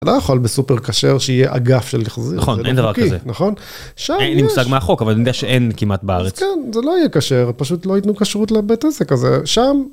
אתה לא יכול בסופר כשר שיהיה אגף של חזיר, נכון אין דבר כזה, אין לי מושג מה חוק, אבל אני יודע שאין כמעט בארץ. כן, זה לא יהיה כשר, פשוט לא ייתנו כשרות לבית עסק הזה, שם...